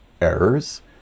errors